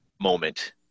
moment